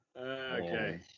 okay